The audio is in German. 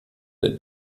der